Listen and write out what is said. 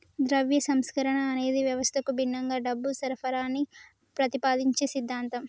ద్రవ్య సంస్కరణ అనేది వ్యవస్థకు భిన్నంగా డబ్బు సరఫరాని ప్రతిపాదించే సిద్ధాంతం